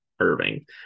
Irving